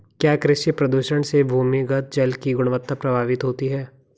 क्या कृषि प्रदूषण से भूमिगत जल की गुणवत्ता प्रभावित होती है?